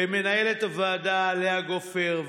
ולמנהלת הוועדה לאה גופר,